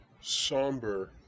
somber